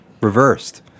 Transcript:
reversed